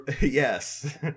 Yes